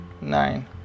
nine